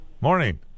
morning